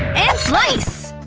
and slice!